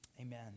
Amen